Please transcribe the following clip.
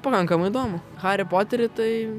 pakankamai įdomu harį poterį tai